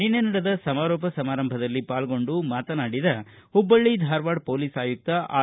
ನಿನ್ನೆ ನಡೆದ ಸಮಾರೋಪ ಸಮಾರಂಭದಲ್ಲಿ ಪಾಲ್ಗೊಂಡು ಮಾತನಾಡಿದ ಹುಬ್ಬಳ್ಳಿ ಧಾರವಾಡ ಪೊಲೀಸ್ ಆಯುಕ್ತ ಆರ್